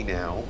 now